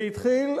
זה התחיל,